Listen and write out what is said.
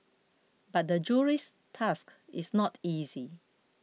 but the Jury's task is not easy